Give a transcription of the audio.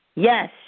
Yes